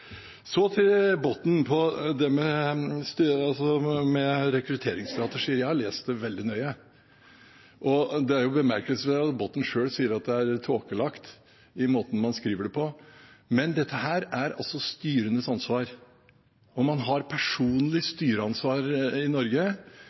Botten, om det med rekrutteringsstrategi: Jeg har lest det veldig nøye. Det er bemerkelsesverdig at Botten selv sier at det er tåkelagt i måten man skriver det på, men dette er altså styrenes ansvar, for man har personlig styreansvar i Norge.